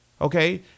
okay